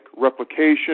replication